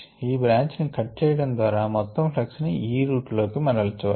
ఈ బ్రాంచ్ ని కట్ చేయడం ద్వారా మొత్తం ప్లక్స్ ని ఈ రూట్ లోకి మరల్చవచ్చు